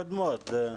אפשר משנים קודמות.